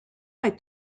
est